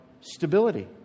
stability